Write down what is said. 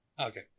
Okay